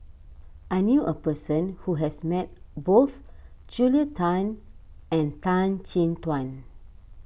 I knew a person who has met both Julia Tan and Tan Chin Tuan